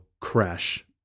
Crash